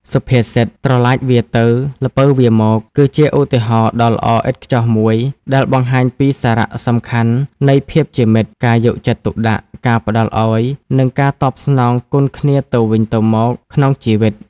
សុភាសិត "ត្រឡាចវារទៅ ល្ពៅវារមក" គឺជាឧទាហរណ៍ដ៏ល្អឥតខ្ចោះមួយដែលបង្ហាញពីសារៈសំខាន់នៃភាពជាមិត្ត ការយកចិត្តទុកដាក់ ការផ្តល់ឲ្យ និងការតបស្នងគុណគ្នាទៅវិញទៅមកក្នុងជីវិត។